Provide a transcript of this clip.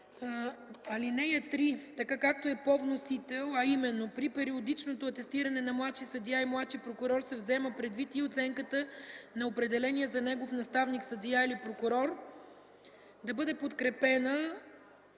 ал. 3, както е по вносител, а именно: „При периодичното атестиране на младши съдия и младши прокурор се взема предвид и оценката на определения за негов наставник съдия или прокурор”, да бъде подкрепена